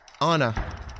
Anna